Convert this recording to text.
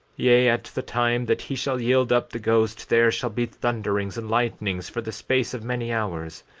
yea, at the time that he shall yield up the ghost there shall be thunderings and lightnings for the space of many hours,